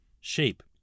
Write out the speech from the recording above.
shape